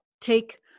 take